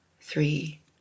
three